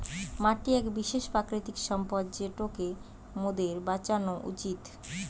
মাটি এক বিশেষ প্রাকৃতিক সম্পদ যেটোকে মোদের বাঁচানো উচিত